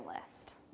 list